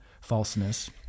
falseness